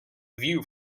view